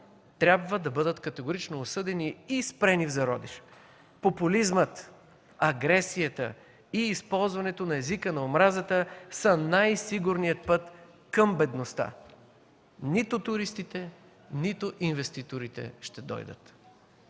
трябва категорично да бъдат осъдени и спрени в зародиш! Популизмът, агресията и използването на езика на омразата са най-сигурният път към бедността. Нито туристите, нито инвеститорите ще дойдат.